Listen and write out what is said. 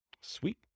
Sweet